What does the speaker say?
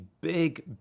big